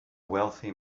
wealthy